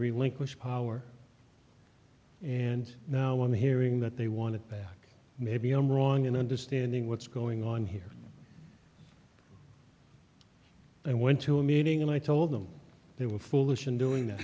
relinquish power and now i'm hearing that they want it back maybe i'm wrong in understanding what's going on here i went to a meeting and i told them they were foolish in doing th